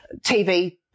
TV